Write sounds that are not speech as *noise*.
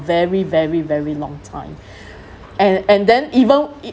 very very very long time *breath* and and then even